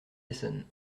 essonnes